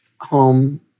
home